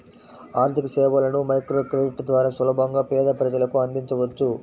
ఆర్థికసేవలను మైక్రోక్రెడిట్ ద్వారా సులభంగా పేద ప్రజలకు అందించవచ్చు